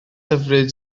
hyfryd